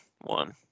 one